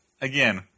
again